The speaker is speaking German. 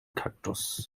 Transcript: kaktus